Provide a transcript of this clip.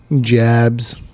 Jabs